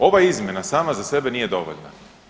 Ova izmjena sama za sebe nije dovoljna.